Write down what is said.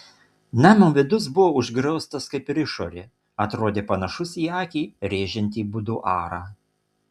namo vidus buvo užgrioztas kaip ir išorė atrodė panašus į akį rėžiantį buduarą